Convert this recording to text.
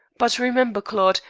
but remember, claude,